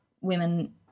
women